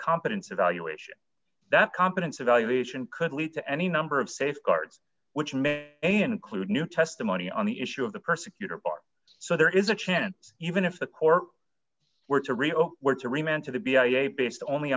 competence evaluation that competence evaluation could lead to any number of safeguards which may include new testimony on the issue of the prosecutor bar so there is a chance even if the court were to rio